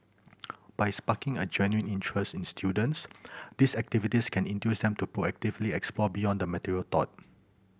by sparking a genuine interest in students these activities can induce them to proactively explore beyond the material taught